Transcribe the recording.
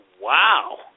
Wow